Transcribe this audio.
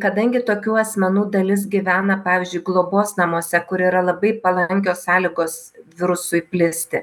kadangi tokių asmenų dalis gyvena pavyzdžiui globos namuose kur yra labai palankios sąlygos virusui plisti